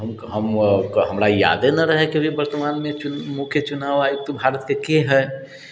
हम हमरा यादे नहि रहै कि अभी वर्तमानमे भारतके मुख्य चुनाव आयुक्त केँ हइ